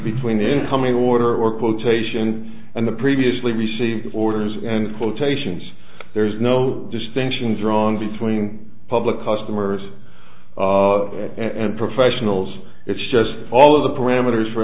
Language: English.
between incoming order or quotations and the previously received orders and quotations there is no distinction drawn between public customers and professionals it's just all of the parameters for